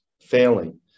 failing